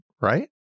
right